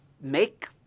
make